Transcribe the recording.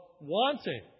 wanting